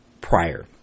prior